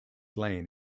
lane